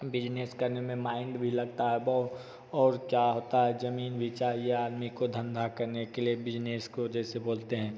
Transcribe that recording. business करने में mind भी लगता है वो और क्या होता है ज़मीन भी चाहिए आदमी को धंधा करने के लिए बिज़नेस को जैसे बोलते हैं